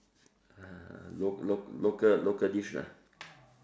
ah local local dish lah